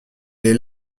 les